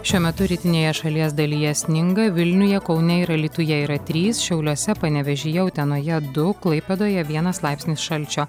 šiuo metu rytinėje šalies dalyje sninga vilniuje kaune ir alytuje yra trys šiauliuose panevėžyje utenoje du klaipėdoje vienas laipsnis šalčio